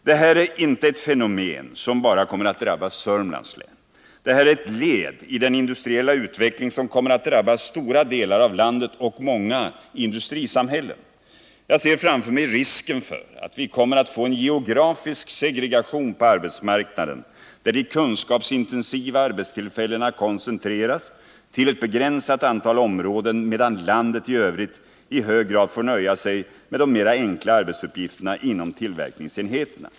Detta är inte ett fenomen som bara kommer att drabba Södermanlands län. Det här är ett led i den industriella utveckling som kommer att drabba stora delar av landet och många industrisamhällen. Jag ser framför mig risken för att vi kommer att få en geografisk segregation på arbetsmarknaden, där de kunskapsintensiva arbetstillfällena koncentreras till ett begränsat antal områden, medan landet i övrigt i hög grad får nöja sig med enklare arbetsuppgifter inom tillverkningsenheterna.